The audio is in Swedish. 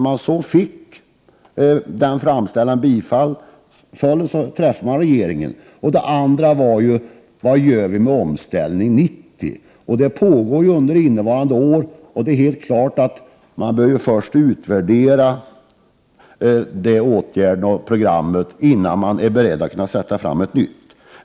De fick den framställan bifallen och träffade regeringens företrädare. En annan fråga som kan ställas är: Vad gör vi med Omställning 90? Under innevarande år pågår ett arbete, och vi bör först utvärdera det program som framställs innan vi föreslår ett nytt.